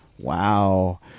Wow